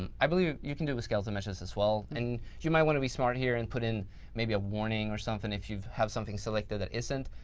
um i believe you can do with skeletal meshes as well, and you might want to be smart here and put in maybe a warning or something. if you have something selected that isn't